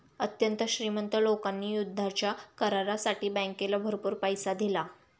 अत्यंत श्रीमंत लोकांनी युद्धाच्या करारासाठी बँकेला भरपूर पैसा दिला